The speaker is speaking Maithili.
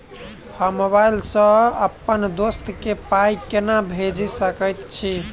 हम मोबाइल सअ अप्पन दोस्त केँ पाई केना भेजि सकैत छी?